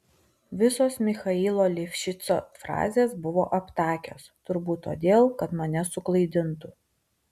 visos michailo livšico frazės buvo aptakios turbūt todėl kad mane suklaidintų